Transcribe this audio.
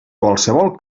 qualsevol